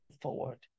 forward